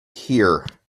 there